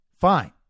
fine